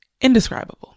indescribable